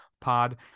pod